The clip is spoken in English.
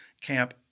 Camp